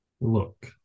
Look